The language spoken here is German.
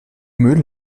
müll